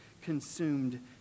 consumed